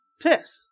test